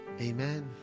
Amen